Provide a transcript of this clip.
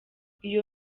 iyo